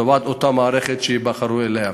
לטובת אותה מערכת שייבחרו אליה.